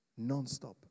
nonstop